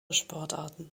sportarten